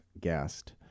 guest